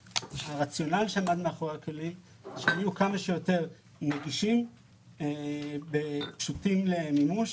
הרציונל שעמד מאחורי הכלים הוא שהם יהיו כמה שיותר נגישים ופשוטים למימוש